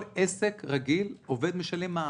כל עסק רגיל משלם מע"מ.